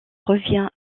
revient